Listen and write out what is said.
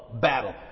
battle